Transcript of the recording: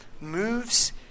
moves